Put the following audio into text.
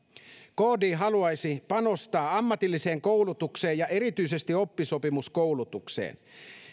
kd haluaisi panostaa ammatilliseen koulutukseen ja erityisesti oppisopimuskoulutukseen